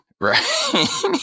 right